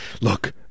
Look